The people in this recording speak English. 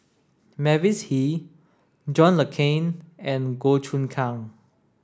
Mavis Hee John Le Cain and Goh Choon Kang